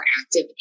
active